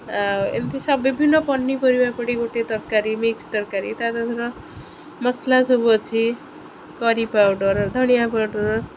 ଆଉ ଏମିତି ସବୁ ବିଭିନ୍ନ ପନିପରିବା ପଡ଼ି ଗୋଟେ ତରକାରୀ ମିକ୍ସ ତରକାରୀ ତା' ଦେହରେ ମସଲା ସବୁ ଅଛି କରି ପାଉଡ଼ର୍ ଧନିଆ ପାଉଡ଼ର୍